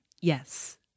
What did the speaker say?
Yes